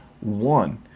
One